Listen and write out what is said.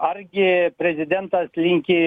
argi prezidentas linki